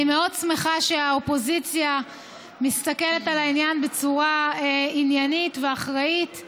אני מאוד שמחה שהאופוזיציה מסתכלת על העניין בצורה עניינית ואחראית.